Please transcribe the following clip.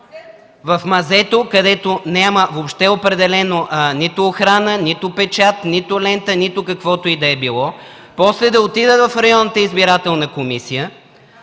В мазето, където няма въобще определена нито охрана, нито печат, нито лента, нито каквото и да е било. После да отидат в районната избирателна комисия,